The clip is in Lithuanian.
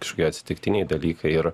kažkokie atsitiktiniai dalykai ir